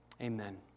Amen